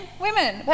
women